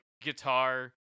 guitar